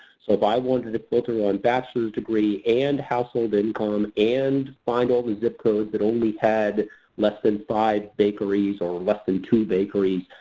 so, if i wanted a filter on bachelor's degree and household income, and find all the zip codes that only had less than five bakeries or less than two bakeries,